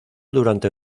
durante